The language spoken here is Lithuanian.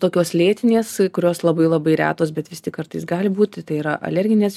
tokios lėtinės kurios labai labai retos bet vis tik kartais gali būti tai yra alerginės